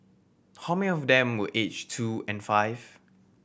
how many of them were aged two and five